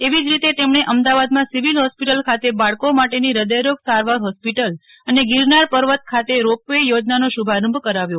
એવી જ રીતેતેમણે અમદાવાદમાં સીવીલ હોસ્પિટલ ખાતે બાળકો માટેની હૃદયરોગ સારવાર હોસ્પિટલ અનેગીરનાર પર્વત ખાતે રો પવે યોજનાનો શુભારંભ કરાવ્યો